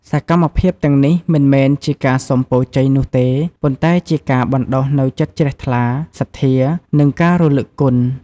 សកម្មភាពទាំងនេះមិនមែនជាការសុំពរជ័យនោះទេ ប៉ុន្តែជាការបណ្ដុះនូវចិត្តជ្រះថ្លា សទ្ធា និងការរលឹកគុណ។